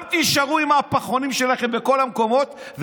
גם תישארו עם הפחונים שלכם בכל המקומות,